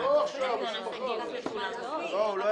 משרד האוצר, בבקשה,